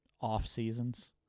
off-seasons